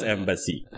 Embassy